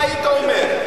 מה היית אומר,